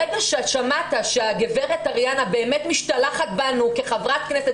ברגע ששמעת שהגברת אריאנה באמת משתלחת בנו כחברת כנסת